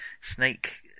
snake